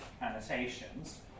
annotations